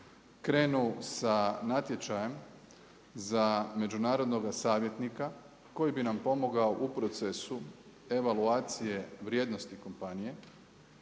krenu sa natječajem za međunarodnoga savjetnika koji bi nam pomogao u procesu evaluacije vrijednosti kompanije